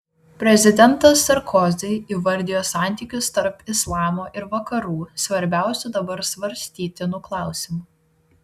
prezidentas sarkozi įvardijo santykius tarp islamo ir vakarų svarbiausiu dabar svarstytinu klausimu